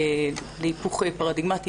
להיפוך פרדיגמטי,